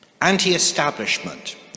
Anti-establishment